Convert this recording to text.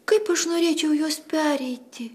kaip aš norėčiau juos pereiti